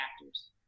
factors